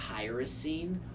tyrosine